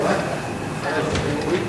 אתה רואה,